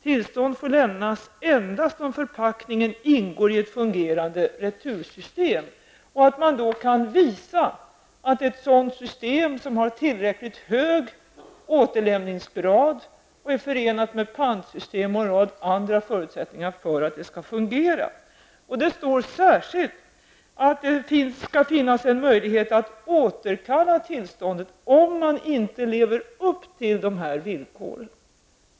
Tillstånd får lämnas endast om förpackningen ingår i ett fungerande retursystem. Man skall då kunna visa att ett sådant system har tillräckligt hög återlämningsgrad och är förenat med pantsystem och en rad andra förutsättningar för att det skall fungera. Det står särskilt att det skall finnas en möjlighet att återkalla tillståndet om man inte lever upp till dessa villkor.